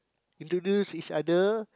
introduce each other